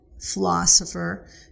philosopher